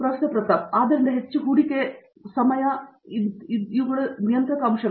ಪ್ರತಾಪ್ ಹರಿಡೋಸ್ ಆದ್ದರಿಂದ ಹೆಚ್ಚು ಹೂಡಿಕೆ ಸಮಯ ಮತ್ತು ಹಲವು ನಿಯಂತ್ರಕ ಅಂಶಗಳು